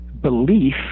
belief